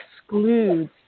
excludes